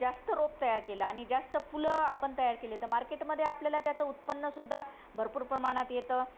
जास्त रोप तयार केलं आणि जास्त फुलं आपण तयार केले तर मार्केटमध्ये आपल्याला त्याचं उत्पन्नसुद्धा भरपूर प्रमाणात येतं